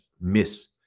miss